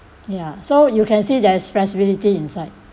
ya so you can see there's flexibility inside